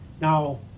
Now